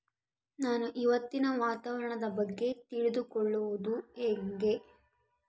ನಾನು ಇವತ್ತಿನ ವಾತಾವರಣದ ಬಗ್ಗೆ ತಿಳಿದುಕೊಳ್ಳೋದು ಹೆಂಗೆ?